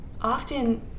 often